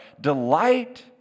delight